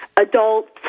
adults